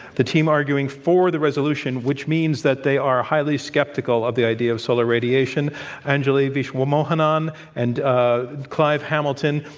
the team arguing for the resolution which means that they are highly skeptical of the idea of solar radiation anjali viswamohanan viswamohanan and clive hamilton,